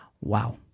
Wow